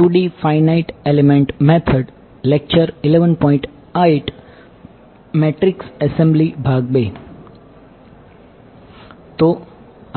તો